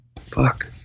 fuck